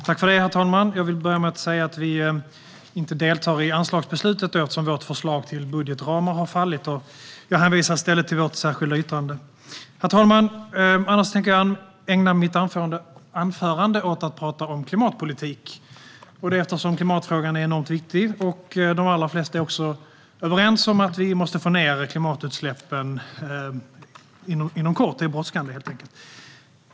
Herr talman! Jag vill börja med att säga att vi inte deltar i anslagsbeslutet eftersom vårt förslag till budgetramar har fallit. Jag hänvisar i stället till vårt särskilda yttrande. Herr talman! Jag tänker ägna mitt anförande åt att tala om klimatpolitik eftersom klimatfrågan är enormt viktig. De allra flesta är också överens om att vi måste få ned klimatutsläppen inom kort. Det är helt enkelt brådskande.